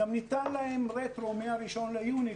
גם ניתן להן רטרו מה-1 ביוני.